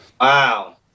Wow